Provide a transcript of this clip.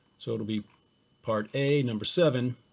so it will be part a, number seven,